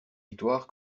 victoire